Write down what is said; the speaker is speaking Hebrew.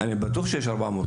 אני בטוח שיש 400 טובים.